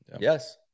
Yes